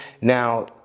now